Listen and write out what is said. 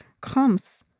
comes